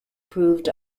proved